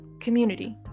community